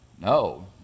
No